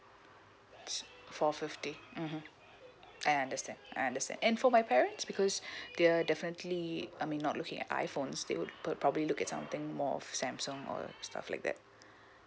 s~ for fifty mmhmm I understand I understand and for my parents because they're definitely I mean not looking at iphones they would pro~ probably look at something more of samsung or stuff like that